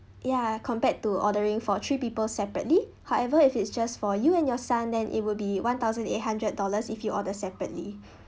ya compared to ordering for three people separately however if it's just for you and your son then it will be one thousand eight hundred dollars if you order separately